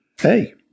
hey